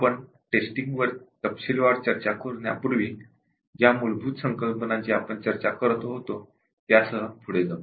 आपण टेस्टिंग वर तपशीलवर चर्चा करण्यापूर्वी ज्या मूलभूत संकल्पनांची आपण चर्चा करीत होतो त्यासह पुढे जाऊ